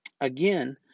Again